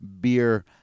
beer